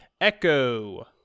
Echo